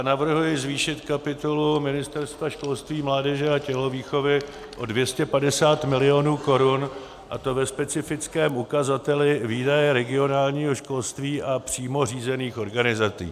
Navrhuji zvýšit kapitolu Ministerstva školství, mládeže a tělovýchovy o 250 milionů korun, a to ve specifickém ukazateli výdaje regionálního školství a přímo řízených organizací.